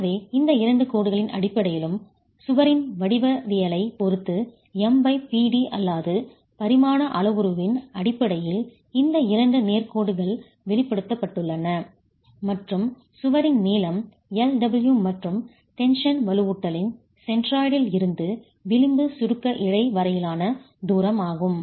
எனவே இந்த இரண்டு கோடுகளின் அடிப்படையிலும் சுவரின் வடிவவியலைப் பொறுத்து MPd அல்லாத பரிமாண அளவுருவின் அடிப்படையில் இந்த இரண்டு நேர்க்கோடுகள் வெளிப்படுத்தப்பட்டுள்ளன மற்றும் சுவரின் நீளம் lw மற்றும் டென்ஷன் வலுவூட்டலின் சென்ட்ராய்டில் இருந்து விளிம்பு சுருக்க இழை வரையிலான தூரம் ஆகும்